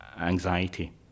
anxiety